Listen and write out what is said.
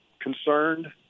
concerned